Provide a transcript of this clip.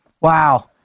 Wow